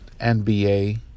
NBA